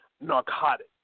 narcotic